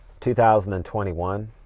2021